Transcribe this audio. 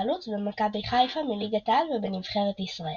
החלוץ במכבי חיפה מליגת העל ובנבחרת ישראל.